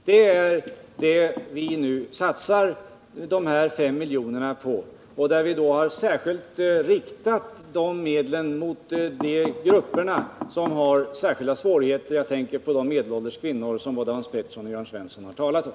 Det är på detta sätt vi nu satsar de fem miljonerna, och vi har särskilt satsat på de grupper som har speciella svårigheter — jag tänker på de medelålders kvinnor som både Hans Pettersson och Jörn Svensson har talat om.